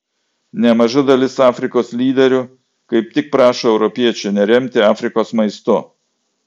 nemaža dalis afrikos lyderių kaip tik prašo europiečių neremti afrikos maistu